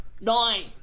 Nine